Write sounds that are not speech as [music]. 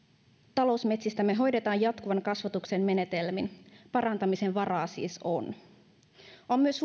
talousmetsistämme hoidetaan jatkuvan kasvatuksen menetelmin parantamisen varaa siis on on myös [unintelligible]